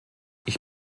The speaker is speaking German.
ich